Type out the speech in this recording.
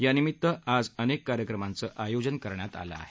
यानिमित्त आज अनेक कार्यक्रमांचं आयोजन करण्यात आलं आहे